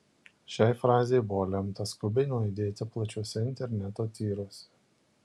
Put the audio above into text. šiai frazei buvo lemta skambiai nuaidėti plačiuose interneto tyruose